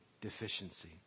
deficiency